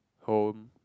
home